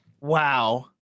Wow